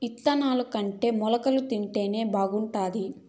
ఇత్తనాలుకంటే మొలకలు తింటేనే బాగుండాది